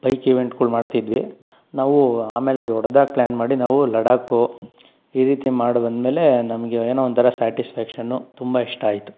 bike ಇವೆಂಟ್ಗಳು ಮಾಡ್ತಿದ್ವಿ ನಾವೂ ಆಮೇಲೆ ದೊಡ್ದಾಗಿ ಪ್ಲಾನ್ ಮಾಡಿ ನಾವು ಲಡಾಕ್ ಈ ರೀತಿ ಮಾಡಿಬಂದ್ಮೇಲೆ ನಮಗೆ ಏನೋ ಒಂಥರ ಸಾಟಿಸ್ಫ್ಯಾಕ್ಷನು ತುಂಬ ಇಷ್ಟ ಆಯಿತು